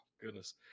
goodness